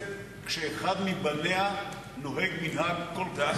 הכנסת כשאחד מבניה נוהג מנהג כל כך,